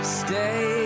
stay